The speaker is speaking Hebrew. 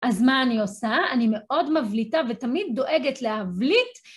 אז מה אני עושה? אני מאוד מבליטה ותמיד דואגת להבליט.